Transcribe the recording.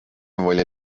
oli